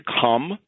come